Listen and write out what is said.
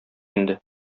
инде